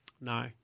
No